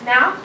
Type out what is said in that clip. Now